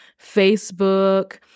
Facebook